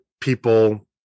people